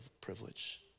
privilege